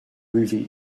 movie